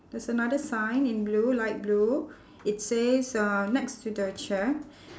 there's another sign in blue light blue it says uh next to the chair